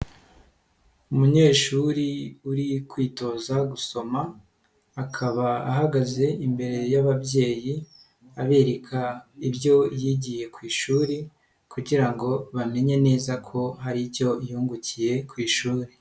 Umunyeshuri uri kwitoza gusoma akaba ahagaze imbere y'ababyeyi abereka ibyo yigiye ku ishuri kugira ngo bamenye neza ko hari icyo yungukiye ku ishuri.